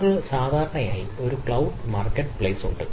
നമ്മൾക്ക് സാധാരണയായി ഒരു ക്ലൌഡ് മാർക്കറ്റ് സ്ഥലമുണ്ട്